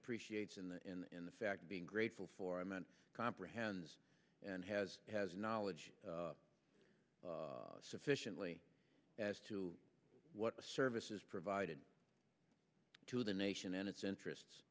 appreciates in in the fact being grateful for i meant comprehends and has has knowledge sufficiently as to what services provided to the nation and its interests